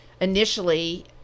initially